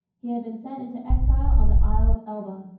he had been sent into exile on the isle of elba,